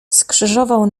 skrzyżował